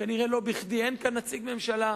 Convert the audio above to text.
כנראה לא בכדי אין כאן נציג ממשלה,